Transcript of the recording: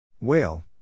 Whale